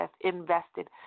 invested